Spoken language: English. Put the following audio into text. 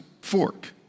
fork